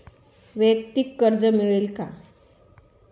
वैयक्तिक कर्ज मिळेल का?